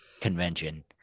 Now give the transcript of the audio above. convention